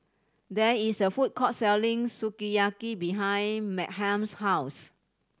there is a food court selling Sukiyaki behind Meghann's house